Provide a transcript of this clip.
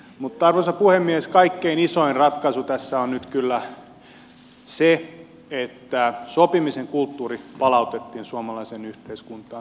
mutta arvoisa puhemies kaikkein isoin ratkaisu tässä on nyt kyllä se että sopimisen kulttuuri palautettiin suomalaiseen yhteiskuntaan